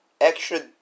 extra